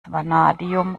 vanadium